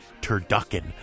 turducken